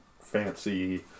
fancy